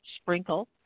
Sprinkle